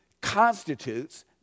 constitutes